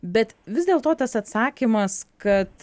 bet vis dėl to tas atsakymas kad